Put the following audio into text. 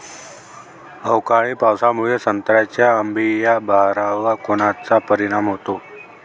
अवकाळी पावसामुळे संत्र्याच्या अंबीया बहारावर कोनचा परिणाम होतो?